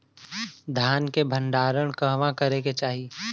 धान के भण्डारण कहवा करे के चाही?